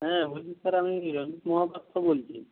হ্যাঁ বলছি স্যার আমি কথা বলছি